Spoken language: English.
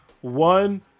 one